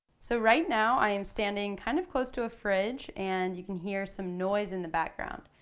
so right now i am standing kind of close to a fridge and you can hear some noise in the background.